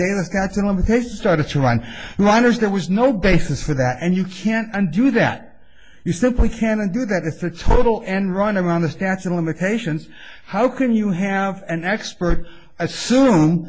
minors there was no basis for that and you can't do that you simply cannot do that if the total end run around the statue of limitations how can you have an expert assume